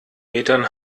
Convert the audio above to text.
metern